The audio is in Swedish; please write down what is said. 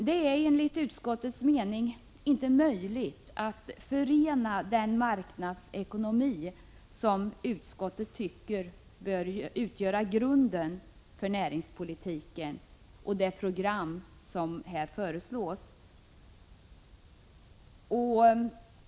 Det är enligt utskottets mening inte möjligt att förena den marknadsekonomi som utskottet tycker bör utgöra grunden för näringspolitiken och det program som föreslås här.